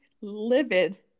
livid